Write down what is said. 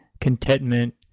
contentment